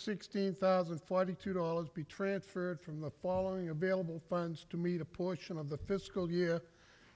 sixteen thousand and forty two dollars be transferred from the following available funds to meet a portion of the fiscal year